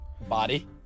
body